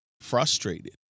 frustrated